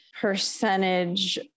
percentage